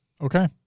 Okay